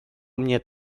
mnie